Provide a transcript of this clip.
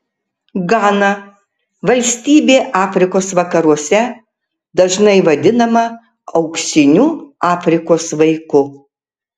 gana valstybė afrikos vakaruose dažnai vadinama auksiniu afrikos vaiku